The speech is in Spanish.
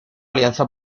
alianza